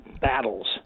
battles